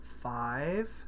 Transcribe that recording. five